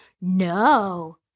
No